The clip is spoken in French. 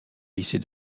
lycée